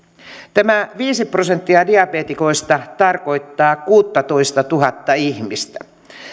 tämä viisi prosenttia diabeetikoista tarkoittaa kuuttatoistatuhatta ihmistä